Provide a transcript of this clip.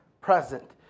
present